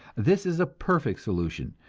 this is a perfect solution,